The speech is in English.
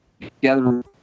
Together